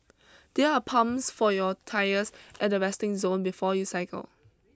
there are pumps for your tyres at the resting zone before you cycle